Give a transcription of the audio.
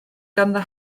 ganddo